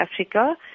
Africa